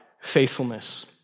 faithfulness